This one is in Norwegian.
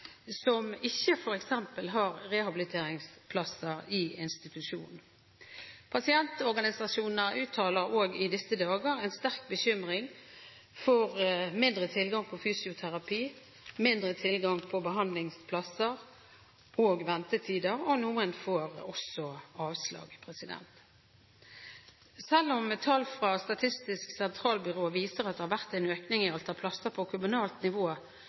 som ikke har f.eks. rehabiliteringsplasser i institusjon. Pasientorganisasjoner uttaler også i disse dager en sterk bekymring for mindre tilgang på fysioterapi, mindre tilgang på behandlingsplasser, for ventetider, og noen får også avslag. Selv om tall fra Statistisk sentralbyrå viser at det har vært en økning i antall plasser på kommunalt nivå,